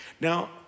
Now